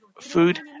food